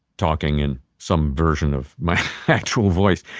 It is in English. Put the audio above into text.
talking in some version of my actual voice.